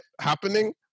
happening